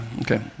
Okay